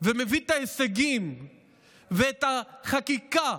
ומביא את ההישגים ואת החקיקה